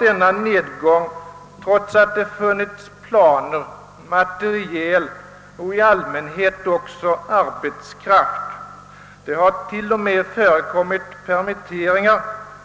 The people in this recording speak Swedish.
Denna nedgång har ägt rum trots att det funnits planer, material och i allmänhet också arbetskraft. Det har till och med förekommit permitteringar av arbetskraft.